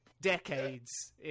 decades